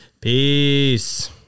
peace